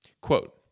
Quote